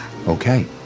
Okay